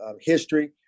history